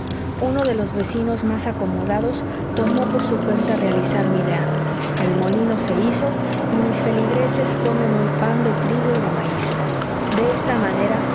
uno de los vecinos más acomodados tomó por su cuenta realizar mi idea el molino se hizo y mis feligreses comen hoy pan de trigo y de maíz de esta manera